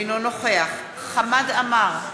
אינו נוכח חמד עמאר,